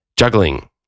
Juggling